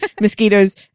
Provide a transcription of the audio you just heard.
mosquitoes